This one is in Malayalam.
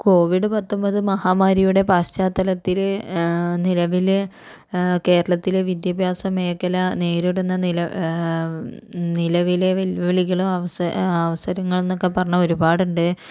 കോവിഡ് പത്തൊൻപത് മഹാമാരിയുടെ പശ്ചാത്തലത്തില് നിലവില് കേരളത്തില് വിദ്യാഭ്യാസ മേഖല നേരിടുന്ന നില നിലവിലെ വെല്ലുവിളികളും അവസ അവസരങ്ങൾ എന്നൊക്കെ പറഞ്ഞാൽ ഒരുപാട് ഉണ്ട്